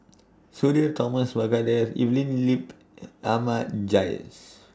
Sudhir Thomas Vadaketh Evelyn Lip and Ahmad Jais